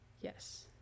yes